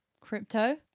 Crypto